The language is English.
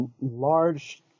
large